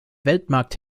weltmarkt